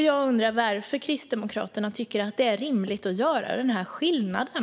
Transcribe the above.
Jag undrar varför Kristdemokraterna tycker att det är rimligt att göra den här skillnaden.